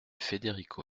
federico